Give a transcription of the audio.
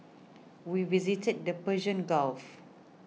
we visited the Persian Gulf